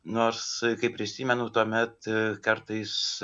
nors kaip prisimenu tuomet kartais